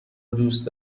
دوست